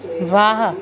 ਵਾਹ